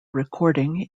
recording